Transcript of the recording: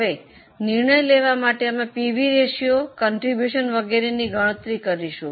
હવે નિર્ણય લેવા માટે અમે પીવી રેશિયો ફાળો વગેરેની ગણતરી કરીશું